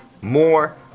more